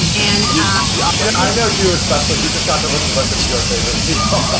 and yeah yeah i know you, especially, you just got to list a bunch of your favorite people. ah people